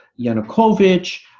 Yanukovych